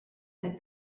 that